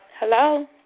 Hello